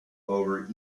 over